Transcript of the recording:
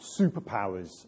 superpowers